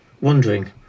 wondering